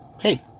hey